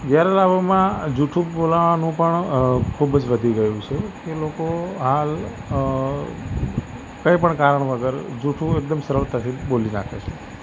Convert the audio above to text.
ગેરલાભોમાં જુઠ્ઠું બોલવાનું પણ ખૂબ જ વધી ગયું છે એ લોકો હાલ અ કોઈપણ કારણ વગર જુઠ્ઠું એકદમ સરળતાથી બોલી નાખે છે